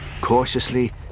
Cautiously